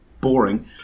boring